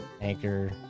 Anchor